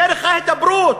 דרך ההידברות.